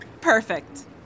Perfect